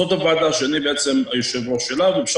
זאת הוועדה שאני בעצם היושב-ראש שלה ופרופ'